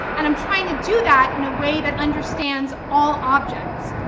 and i'm trying to do that in a way that understands all objects,